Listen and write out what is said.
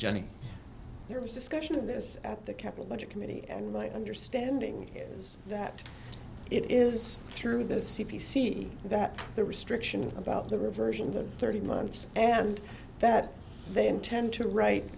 jenny there was discussion of this at the capital budget committee and my understanding is that it is through the c p c that the restriction about the reversion to thirty months and that they intend to write